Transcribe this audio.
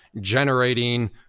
generating